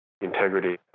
integrity